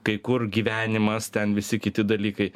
kai kur gyvenimas ten visi kiti dalykai